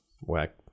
Whack